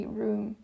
room